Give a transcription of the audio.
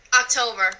October